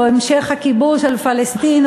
או המשך הכיבוש של פלסטין,